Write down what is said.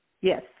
Yes